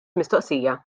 mistoqsija